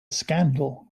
scandal